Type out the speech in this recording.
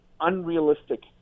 unrealistic